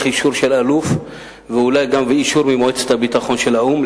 אישור של אלוף ואישור ממועצת הביטחון של האו"ם,